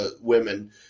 women